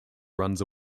runs